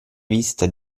vista